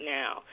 now